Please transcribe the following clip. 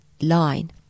line